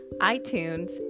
iTunes